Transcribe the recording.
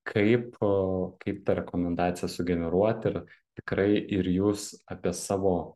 kaip kaip tą rekomendaciją sugeneruoti ir tikrai ir jūs apie savo